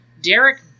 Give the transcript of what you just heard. Derek